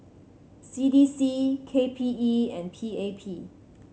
C D C K P E and P A P